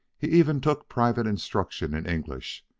he even took private instruction in english,